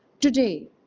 Today